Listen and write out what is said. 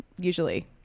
usually